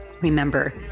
remember